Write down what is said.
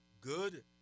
good